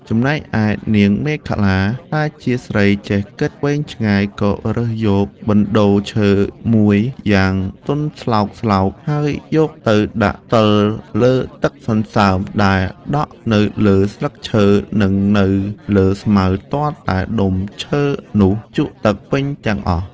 ចំណែកឯនាងមេខលា ដែលជាស្រីចេះគិតវែងឆ្ងាយក៏រើសយកបណ្តូលឈើមួយយ៉ាងទន់ស្លោកៗ ហើយយកទៅដាក់ផ្ដិលលើទឹកសន្សើមដែលដក់នៅលើស្លឹកឈើ នឹងនៅលើស្មៅ ទាល់តែដុំឈើនោះជក់ទឹកពេញទាំងអស់។